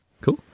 cool